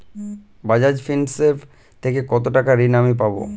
Bajaj Finserv থেকে কতো টাকা ঋণ আমি পাবো?